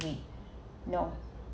read no